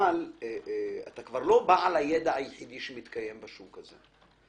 אבל אתה כבר לא בעל הידע היחיד שמתקיים בשוק הזה.